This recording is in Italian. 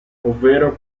ovvero